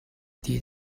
did